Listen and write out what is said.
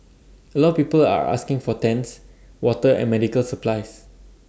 A lot of people are asking for tents water and medical supplies